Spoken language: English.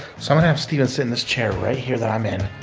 so, i'm gonna have stephen sit in this chair right here that i'm in,